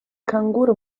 canguro